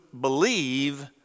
believe